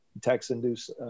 tax-induced